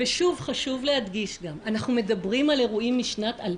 אי אפשר להגיד שזה לא